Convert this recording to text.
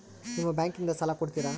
ನಿಮ್ಮ ಬ್ಯಾಂಕಿನಿಂದ ಸಾಲ ಕೊಡ್ತೇರಾ?